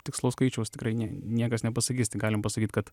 tikslaus skaičiaus tikrai nie niekas nepasakys tik galim pasakyt kad